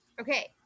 Okay